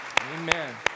Amen